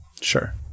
Sure